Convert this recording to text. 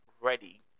ready